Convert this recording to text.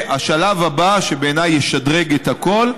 והשלב הבא, שבעיניי ישדרג את הכול: